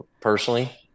personally